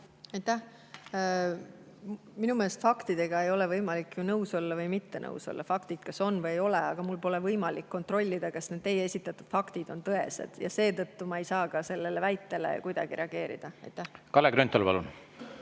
Minu meelest faktidega ei ole võimalik nõus olla või mitte nõus olla, faktid kas on või ei ole. Aga mul pole võimalik kontrollida, kas teie esitatud [väited] on tõesed. Seetõttu ei saa ma nendele väidetele kuidagi reageerida. Kalle Grünthal, palun!